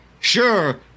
sure